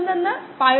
23 ആയിരുന്നു